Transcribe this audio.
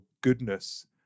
goodness